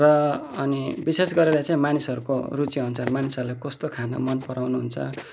र अनि विशेष गरेर चाहिँ मानिसहरूको रुचिअनुसार मानिसहरूलाई कस्तो खानु मनपराउनु हुन्छ